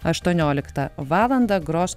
aštuonioliktą valandą gros